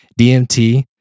DMT